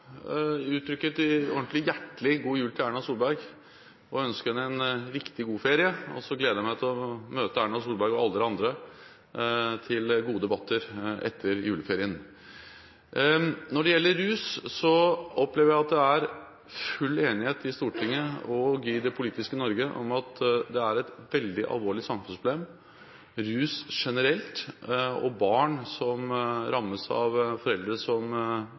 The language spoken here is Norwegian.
ordentlig hjertelig god jul til Erna Solberg og ønske henne en riktig god ferie! Så gleder jeg meg til å møte Erna Solberg – og alle dere andre – til gode debatter etter juleferien. Når det gjelder rus, opplever jeg at det er full enighet i Stortinget og i det politiske Norge om at dette er et veldig alvorlig samfunnsproblem – rus generelt og barn som rammes ved at foreldre